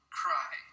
cry